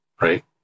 right